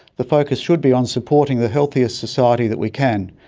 the focus should be on supporting the healthiest society that we can,